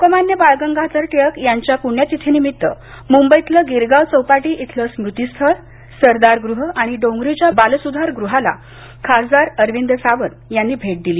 लोकमान्य बाळ गंगाधर टिळक यांच्या पुण्यतिथीनिमित्त मुंबईतलं गिरगाव चौपाटी इथलं स्मृतिस्थळ सरदार गृह आणि डोंगरीच्या बालसुधार गृहाला खासदार अरविंद सावंत यांनी भेट दिली